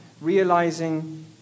realizing